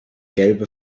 gelbe